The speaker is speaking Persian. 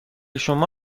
شما